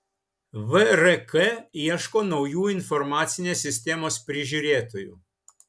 vrk ieško naujų informacinės sistemos prižiūrėtojų